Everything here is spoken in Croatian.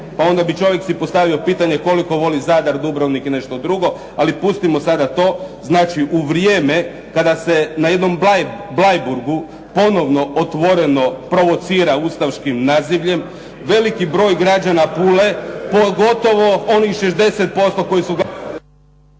Pa onda bi čovjek si postavio pitanje koliko voli Zadar, Dubrovnik i nešto drugo. Ali pustimo sada to. Znači u vrijeme kada se na jednom Bleiburgu ponovno otvoreno provocira ustaškim nazivljem, veliki broj građana Pule, pogotovo onih 60% koji su